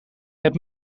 het